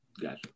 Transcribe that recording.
Gotcha